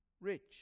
rich